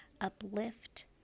uplift